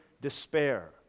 despair